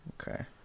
Okay